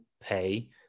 pay